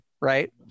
right